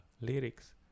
lyrics